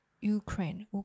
Ukraine